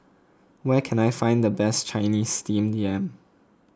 where can I find the best Chinese Steamed Yam